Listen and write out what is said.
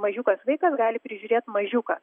mažiukas vaikas gali prižiūrėt mažiuką